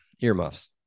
earmuffs